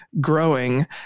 growing